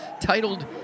titled